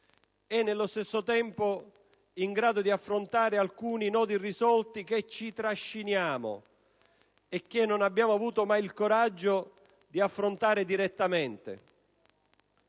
e, nello stesso tempo, cercando di risolvere alcuni nodi irrisolti che ci trasciniamo e che non abbiamo mai avuto il coraggio di affrontare direttamente.